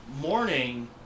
morning